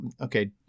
okay